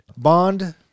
Bond